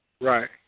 Right